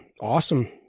awesome